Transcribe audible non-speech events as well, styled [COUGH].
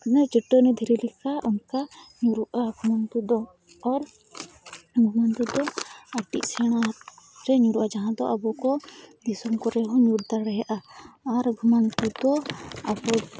ᱚᱱᱮ ᱪᱟᱹᱴᱟᱹᱱᱤ ᱫᱷᱤᱨᱤ ᱞᱮᱠᱟ ᱚᱱᱠᱟ ᱧᱩᱨᱩᱜᱼᱟ [UNINTELLIGIBLE] ᱟᱨ [UNINTELLIGIBLE] ᱠᱟᱹᱴᱤᱡ ᱥᱮᱬᱟᱨᱮ ᱧᱩᱨᱩᱜᱼᱟ ᱡᱟᱦᱟᱸᱫᱚ ᱟᱵᱚᱠᱚ ᱫᱤᱥᱚᱢ ᱠᱚᱨᱮᱦᱚᱸ ᱧᱩᱨ ᱫᱟᱲᱮᱭᱟᱜᱼᱟ ᱟᱨ ᱜᱷᱩᱱᱟᱱᱟᱛᱩᱫᱚ ᱟᱵᱚ